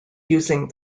using